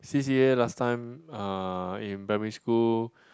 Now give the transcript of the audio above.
C_C_A last time uh in primary school